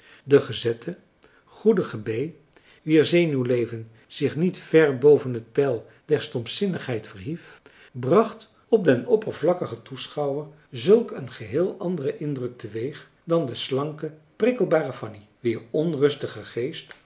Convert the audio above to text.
de gezette goedige bee wier zenuwleven zich niet ver boven het peil der stompzinnigheid verhief bracht op den oppervlakkigen toeschouwer zulk een geheel anderen indruk teweeg dan de slanke prikkelbare fanny wier onrustige geest